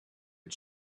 and